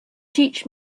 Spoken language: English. teach